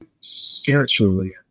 spiritually